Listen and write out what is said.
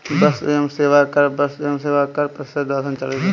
वस्तु एवं सेवा कर वस्तु एवं सेवा कर परिषद द्वारा संचालित है